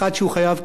אחד שחייב,